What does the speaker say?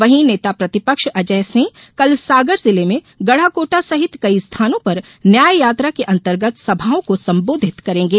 वहीं नेता प्रतिपक्ष अजय सिंह कल सागर जिले में गढाकोटा सहित कई स्थानों पर न्याय यात्रा के अंतर्गत सभाओं को संबोधित करेंगे